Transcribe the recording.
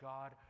God